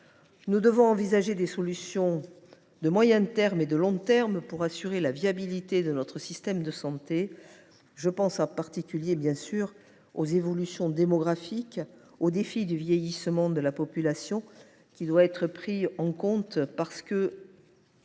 Nous devons envisager des solutions de moyen terme et de long terme pour assurer la viabilité de notre système de santé. Je pense évidemment en particulier aux évolutions démographiques de notre pays : le défi du vieillissement de la population doit être pris en compte, car qui